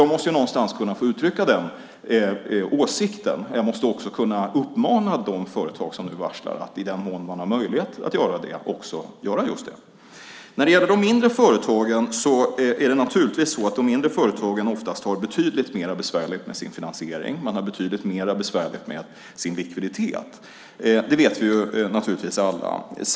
Jag måste någonstans kunna få uttrycka den åsikten. Jag måste också kunna uppmana de företag som nu varslar att i den mån man har möjlighet att göra detta också göra just det. De mindre företagen har det oftast betydligt mer besvärligt med sin finansiering. De har betydligt mer besvärligt med sin likviditet. Det vet vi alla.